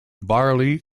barley